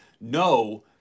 no